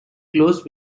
close